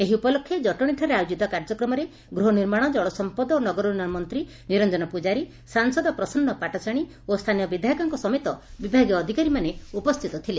ଏହି ଉପଲକ୍ଷେ ଜଟଣୀଠାରେ ଆୟୋଜିତ କାର୍ଯ୍ୟକ୍ରମରେ ଗୃହ ନିର୍ମାଣ ଜଳ ସଂପଦ ଓ ନଗର ଉନ୍ନୟନ ମନ୍ତୀ ନିରଞ୍ଞନ ପୂଜାରୀ ସାଂସଦ ପ୍ରସନ୍ନ ପାଟଶାଣୀ ଓ ସ୍ଥାନୀୟ ବିଧାୟକଙ୍କ ସମେତ ବିଭାଗୀୟ ଅଧିକାରୀମାନେ ଉପସ୍ରିତ ଥିଲେ